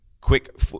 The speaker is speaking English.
quick